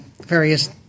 various